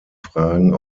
fragen